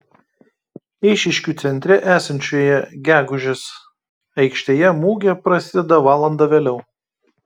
eišiškių centre esančioje gegužės aikštėje mugė prasideda valanda vėliau